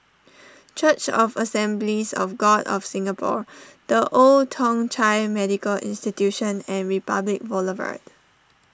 Church of Assemblies of God of Singapore the Old Thong Chai Medical Institution and Republic Boulevard